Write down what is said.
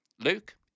Luke